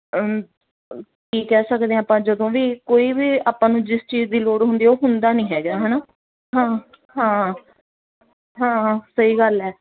ਕੀ ਕਹਿ ਸਕਦੇ ਹਾਂ ਆਪਾਂ ਜਦੋਂ ਵੀ ਕੋਈ ਵੀ ਆਪਾਂ ਨੂੰ ਜਿਸ ਚੀਜ਼ ਦੀ ਲੋੜ ਹੁੰਦੀ ਉਹ ਹੁੰਦਾ ਨਹੀਂ ਹੈਗਾ ਹੈ ਨਾ ਹਾਂ ਹਾਂ ਹਾਂ ਸਹੀ ਗੱਲ ਹੈ